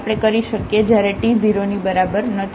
જ્યારે t 0 ની બરાબર નથી